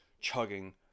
chugging